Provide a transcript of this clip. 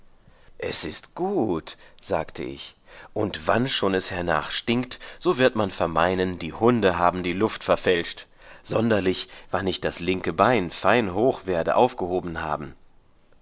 es ist gut sagte ich und wann schon es hernach stinkt so wird man vermeinen die hunde haben die luft verfälscht sonderlich wann ich das linke bein fein hoch werde aufgehoben haben